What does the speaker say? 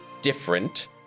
different